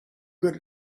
good